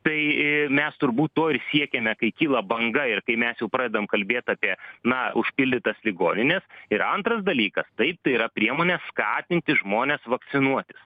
tai mes turbūt to ir siekiame kai kyla banga ir kai mes jau pradedam kalbėt apie na užpildytas ligoninę ir antras dalykas taip tai yra priemonė skatinti žmones vakcinuotis